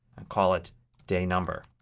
and call it day number.